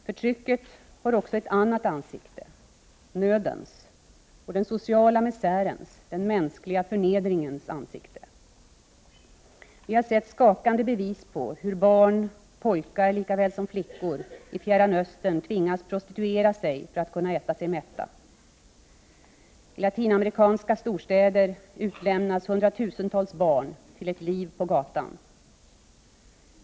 Förtrycket har också ett annat ansikte: nödens, den sociala misärens och den mänskliga förnedringens ansikte. Vi har sett skakande bevis på hur barn — pojkar likaväl som flickor — i Fjärran Östern tvingas prostituera sig för att kunna äta sig mätta. I latinamerikanska storstäder utlämnas hundratusentals barn till ett liv på gatan.